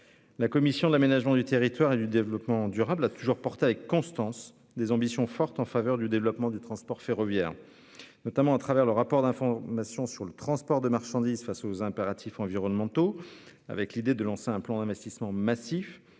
La commission de l'aménagement du territoire et du développement durable là toujours portée avec constance des ambitions fortes en faveur du développement du transport ferroviaire. Notamment à travers le rapport d'un fonds mation sur le transport de marchandises face aux impératifs environnementaux avec l'idée de lancer un plan d'investissement massif